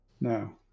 No